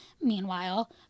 meanwhile